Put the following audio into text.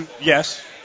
yes